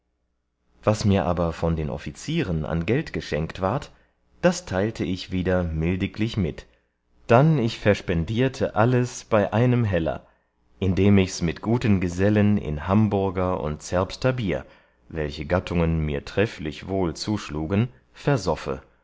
was mir aber von den offizierern an geld geschenkt ward das teilte ich wieder mildiglich mit dann ich verspendierte alles bei einem heller indem ichs mit guten gesellen in hamburger und zerbster bier welche gattungen mir trefflich wohl zuschlugen versoffe